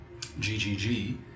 GGG